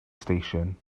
station